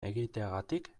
egiteagatik